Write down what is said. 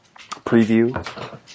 Preview